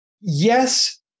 Yes